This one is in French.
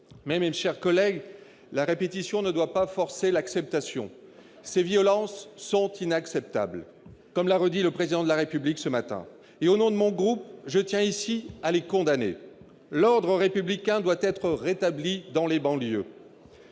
mes chers collègues, la répétition ne doit pas forcer l'acceptation : ces violences sont inacceptables, comme l'a redit le Président de la République ce matin. Au nom de mon groupe, je tiens ici à les condamner. L'ordre républicain doit être rétabli dans les banlieues,